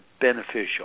beneficial